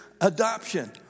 adoption